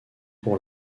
pour